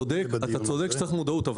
אתה צודק שצריך מודעות.